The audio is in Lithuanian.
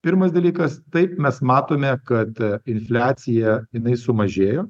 pirmas dalykas taip mes matome kad infliacija jinai sumažėjo